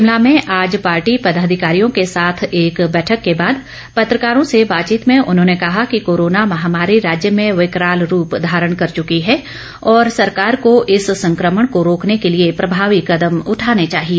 शिमला में आज पार्टी पर्दाधिकारियों के साथ एक बैठक के बाद पत्रकारों से बातचीत में उन्होंने कहा कि कोरोना महामारी राज्य में विकराल रूप धारण कर चुकी है और सरकार को इस संकमण को रोकने के लिए प्रभावी कदम उठाने चाहिए